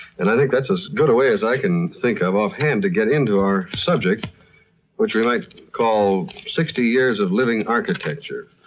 and i think that's as good a way as i can think of offhand to get into our subject which we might call sixty years of living architecture.